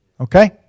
okay